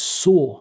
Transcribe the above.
saw